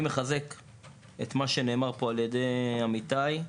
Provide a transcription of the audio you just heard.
אני מחזק את מה שנאמר על-ידי עמיתיי,